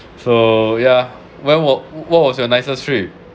so yeah well what what was your nicest trip